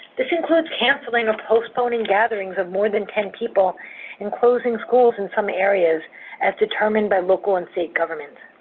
this includes canceling of postponing gatherings of more than ten people and closing schools in some areas as determined by local and state governments.